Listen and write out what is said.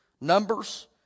Numbers